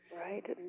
Right